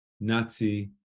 Nazi